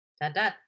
Da-da